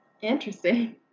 interesting